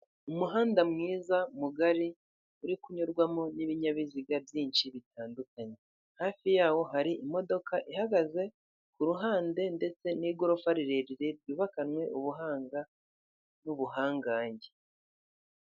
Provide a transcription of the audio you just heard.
Umuhanda mwiza mugari uri kunyurwamo n'ibinyabiziga byinshi bitandukanye hafi yawo hari imodoka ihagaze, kuruhande ndetse n'igorofa rirerire ryubakanywe ubuhanga n'ubuhangange.